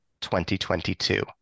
2022